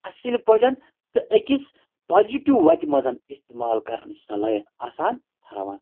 اَصٕل پٲٹھۍ تہٕ أکِس پازِٹِو وَتہِ منٛز اِستعمال کَرنٕچ صلٲحیت آسان تھاوان